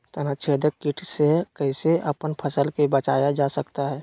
तनाछेदक किट से कैसे अपन फसल के बचाया जा सकता हैं?